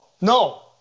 No